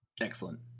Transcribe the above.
excellent